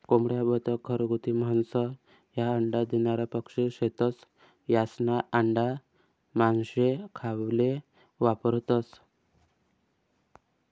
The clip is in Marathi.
कोंबड्या, बदक, घरगुती हंस, ह्या अंडा देनारा पक्शी शेतस, यास्ना आंडा मानशे खावाले वापरतंस